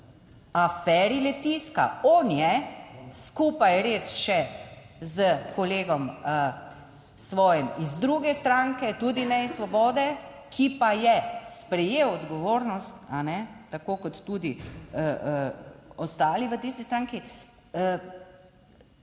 aferi Litijska. On je skupaj res še s kolegom svojim iz druge stranke, tudi ne iz Svobode, ki pa je sprejel odgovornost, tako kot tudi ostali v tisti stranki,